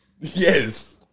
Yes